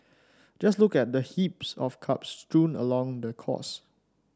just look at the heaps of cups strewn along the course